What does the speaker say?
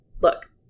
look